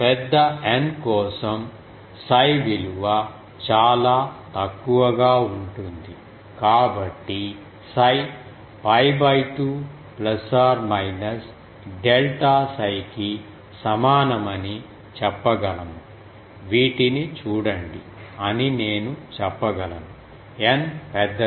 పెద్ద N కోసంcos 𝜓 విలువ చాలా తక్కువగా ఉంటుంది కాబట్టి 𝜓 𝜋 2 డెల్టా 𝜓 కి సమానమని చెప్పగలము వీటిని చూడండి అని నేను చెప్పగలను N పెద్దది